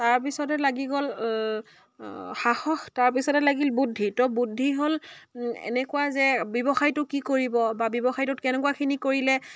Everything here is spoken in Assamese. তাৰপিছতে লাগি গ'ল সাহস তাৰপিছতে লাগিল বুদ্ধি ত' বুদ্ধি হ'ল এনেকুৱা যে ব্যৱসায়টো কি কৰিব বা ব্যৱসায়টোত কেনেকুৱাখিনি কৰিলে